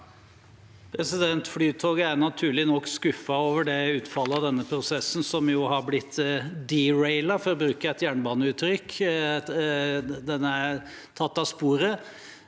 Flytoget er naturlig nok skuffet over utfallet av denne prosessen, som har blitt «derailed», for å bruke et jernbaneuttrykk – den er tatt av sporet.